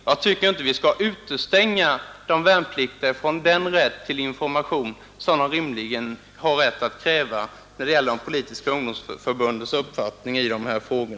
Jag tycker inte vi skall utestänga de värnpliktiga från den rätt till information de rimligen kan kräva om de politiska ungdomsförbundens uppfattning i dessa frågor.